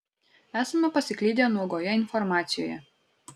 esame pasiklydę nuogoje informacijoje